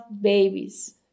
babies